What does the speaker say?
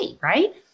right